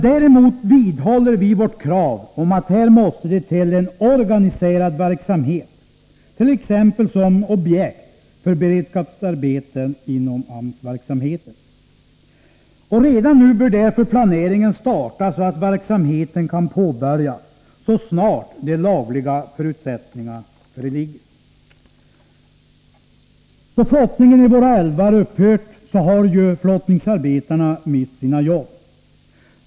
Däremot vidhåller vi vårt krav om att här måste till en organiserad verksamhet, t.ex. som objekt för beredskapsarbeten inom AMS-verksamheten. Redan nu bör därför planeringen starta, så att verksamheten kan påbörjas så snart de lagliga förutsättningarna föreligger. Då flottningen i våra älvar upphört har flottningsarbetarna mist sina jobb.